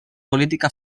política